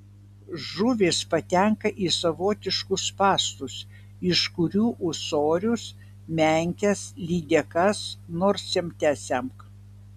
žuvys patenka į savotiškus spąstus iš kurių ūsorius menkes lydekas nors semte semk